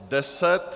10.